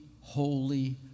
Holy